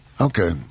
Okay